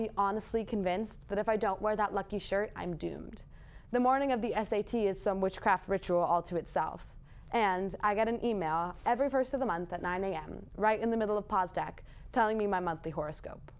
be honestly convinced that if i don't wear that lucky shirt i'm doomed the morning of the s a t is some witchcraft ritual all to itself and i got an email every verse of the month at nine am right in the middle of pa's dak telling me my monthly horoscope